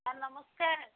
sir ନମସ୍କାର